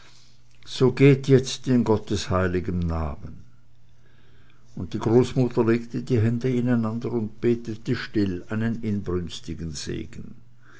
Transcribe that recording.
so geht jetzt in gottes heiligen namen und die großmutter legte die hände ineinander und betete still einen inbrünstigen segen